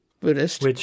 Buddhist